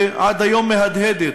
שעד היום מהדהדת,